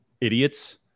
idiots